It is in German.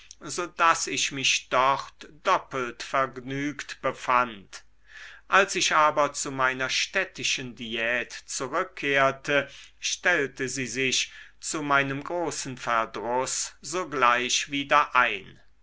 so daß ich mich dort doppelt vergnügt befand als ich aber zu meiner städtischen diät zurückkehrte stellte sie sich zu meinem großen verdruß sogleich wieder ein